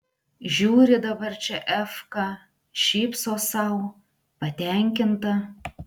žiūri dabar čia efka šypsos sau patenkinta